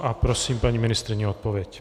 A prosím paní ministryni o odpověď.